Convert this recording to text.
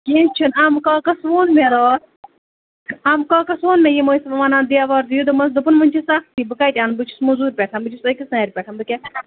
کِہیٖنۍ چھُنہٕ اَمہٕ کاکَس ووٚن مےٚ راتھ اَمہٕ کاکَس ووٚن مےٚ یِم ٲسوٕ وَنان دیوار دِیِو دوٚپمَس دوٚپُن وٕنہِ چھِ سختی بہٕ کَتہِ اَنہٕ بہٕ چھُس موٚزوٗرۍ پٮ۪ٹھ بہٕ چھُس أکِس نَرِ پٮ۪ٹھ بہٕ کیاہ کَرٕ